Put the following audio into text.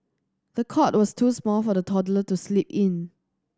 the cot was too small for the toddler to sleep in